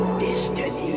destiny